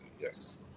yes